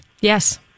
Yes